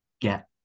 get